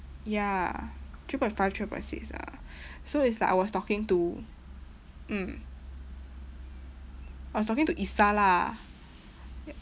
ya three point five three point six ah so it's like I was talking to mm I was talking to isa lah